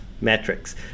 metrics